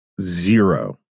zero